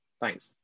Thanks